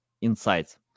insights